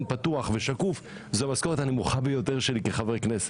ושקוף זו המשכורת הנמוכה שלי כחבר כנסת.